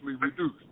reduced